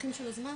הטווחים של הזמן